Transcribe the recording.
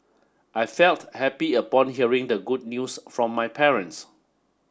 I felt happy upon hearing the good news from my parents